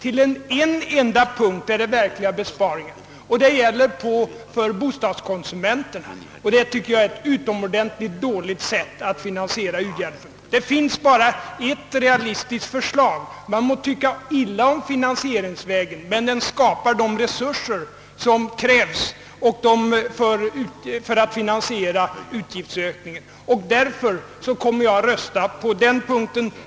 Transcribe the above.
På en enda punkt föreslår man verkliga besparingar, och de går ut över bostadskonsumenterna. Det tycker jag är ett utomordentligt dåligt sätt att finansiera u-hjälpen. Det finns bara ett realistiskt förslag. Man må tycka illa om finansieringsvägen, men den skapar de resurser som krävs för finansiering av utgiftsökningen, och därför kommer jag att rösta för det förslaget.